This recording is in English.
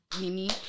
mini